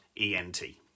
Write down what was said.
E-N-T